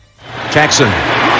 Jackson